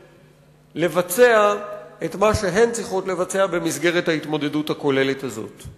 לבצע את מה שהן צריכות לבצע במסגרת ההתמודדות הכוללת הזאת.